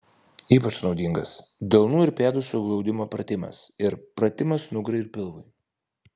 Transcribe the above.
ypač naudingas delnų ir pėdų suglaudimo pratimas ir pratimas nugarai ir pilvui